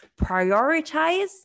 prioritize